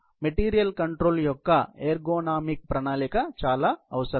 కాబట్టి material control యొక్క ergonomic ప్రణాళిక చాలా అవసరం